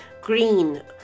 green